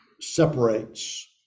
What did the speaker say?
separates